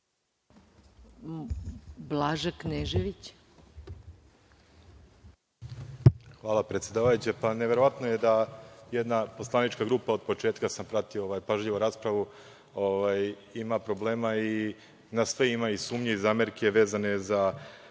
**Blaža Knežević** Hvala, predsedavajuća. Neverovatno je da jedna poslanička grupa, od početka sam pratio pažljivo raspravu, ima problema i na sve ima sumnje i zamerke vezane, kako